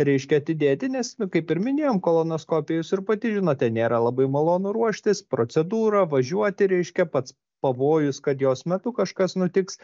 reiškia atidėti nes nu kaip ir minėjom kolonoskopijos ir pati žinote nėra labai malonu ruoštis procedūra važiuoti reiškia pats pavojus kad jos metu kažkas nutiks